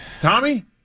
Tommy